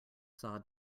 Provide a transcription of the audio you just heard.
saw